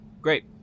Great